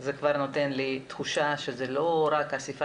זה כבר נותן לי תחושה שזה לא רק איסוף